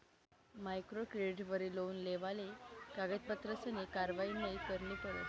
micro क्रेडिटवरी loan लेवाले कागदपत्रसनी कारवायी नयी करणी पडस